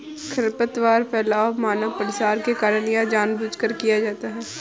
खरपतवार फैलाव मानव प्रवास के कारण या जानबूझकर किया जाता हैं